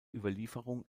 überlieferung